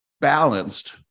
balanced